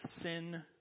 sin